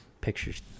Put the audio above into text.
pictures